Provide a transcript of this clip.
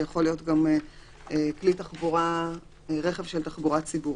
זה יכול להיות גם רכב של תחבורה ציבורית.